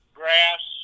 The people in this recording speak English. grass